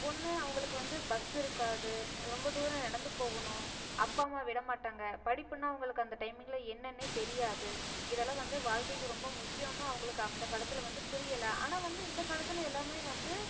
ஒன்று அவங்களுக்கு வந்து பஸ்ஸு இருக்காது ரொம்ப தூரம் நடந்து போகணும் அப்பா அம்மா விடமாட்டாங்க படிப்புனால் அவங்களுக்கு அந்த டைமிங்கில் என்னன்னே தெரியாது இதெல்லாம் வந்து வாழ்க்கைக்கு ரொம்ப முக்கியம்ன்னு அவங்களுக்கு அந்த காலத்தில் வந்து புரியலை ஆனால் வந்து இந்த காலத்தில் எல்லாமே வந்து